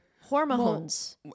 hormones